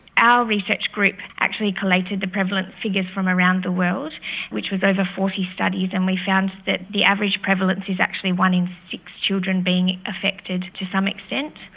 our research group actually collated the prevalent figures from around the world which was over forty studies, and we found that the average prevalence is actually one one in six children being affected to some extent.